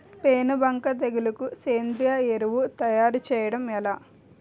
పేను బంక తెగులుకు సేంద్రీయ ఎరువు తయారు చేయడం ఎలా?